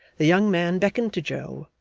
the young man beckoned to joe,